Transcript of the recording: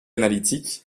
analytique